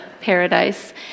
paradise